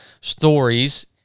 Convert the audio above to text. stories